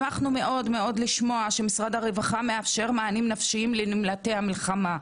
שמחנו מאוד לשמוע שמשרד הרווחה מאפשר מענים נפשיים לנמלטי המלחמה.